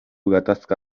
gatazka